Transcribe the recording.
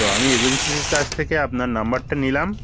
তো আমি এজেন্সির কাছ থেকে আপনার নম্বরটা নিলাম